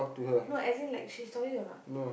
no as in like she saw it or not